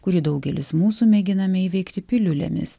kurį daugelis mūsų mėginame įveikti piliulėmis